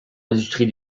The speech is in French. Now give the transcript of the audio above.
l’industrie